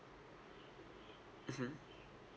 mmhmm